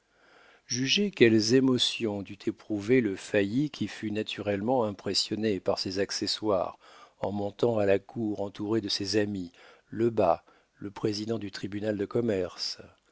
jugez quelles émotions dut éprouver le failli qui fut naturellement impressionné par ces accessoires en montant à la cour entouré de ses amis lebas le président du tribunal de commerce